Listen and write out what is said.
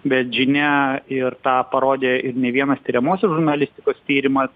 bet žinia ir tą parodė ir ne vienas tiriamosios žurnalistikos tyrimas